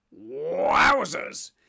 Wowzers